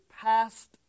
past